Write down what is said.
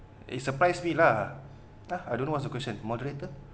it surprise me lah ah I don't know what's the question moderator